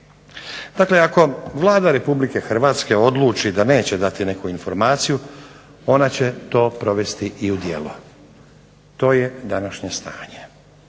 Dakle, ako Vlada Republike Hrvatske odluči da neće dati neku informaciju ona će to provesti i u djelo. To je današnje stanje.